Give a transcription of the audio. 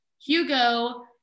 Hugo